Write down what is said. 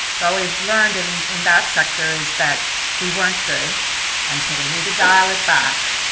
but we've learned in in that sector is that we weren't good and so we need to dial it back.